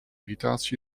irritatie